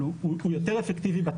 אבל הוא יותר אפקטיבי בטווח הקרוב.